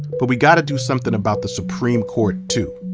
but we got to do something about the supreme court too.